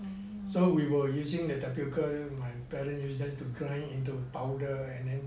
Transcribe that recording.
so we were using the tapioca and my parents used them to grind into powder and then